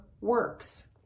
works